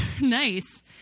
nice